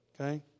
okay